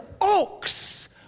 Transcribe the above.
oaks